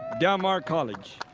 del mar college.